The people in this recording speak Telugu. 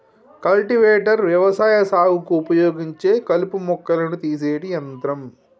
కల్టివేటర్ వ్యవసాయ సాగుకు ఉపయోగించే కలుపు మొక్కలను తీసేటి యంత్రం